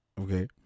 okay